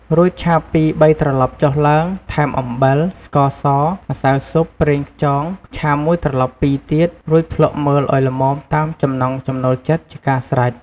រួចឆាពីរបីត្រឡប់ចុះឡើង ថែមអំបិល ស្ករស ម្សៅស៊ុប ប្រេងខ្យង ឆាមួយត្រឡប់ពីរទៀត រួចភ្លក្សមើលឲ្យល្មមតាមចំណង់ចំណូលចិត្តជាការស្រេច។